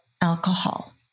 alcohol